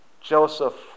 Joseph